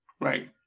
Right